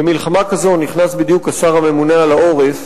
במלחמה כזאת, נכנס בדיוק השר הממונה על העורף,